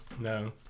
No